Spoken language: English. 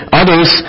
others